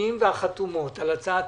אמונם וחתמו על הצעת